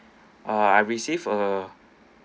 ah I received a